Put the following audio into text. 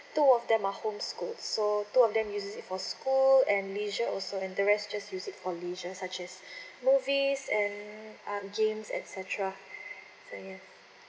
two of them are home schooled so two of them uses it for school and leisure also and the rest just uses it for leisure such as movies and uh games etcetera so ya